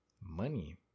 money